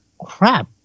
crap